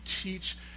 teach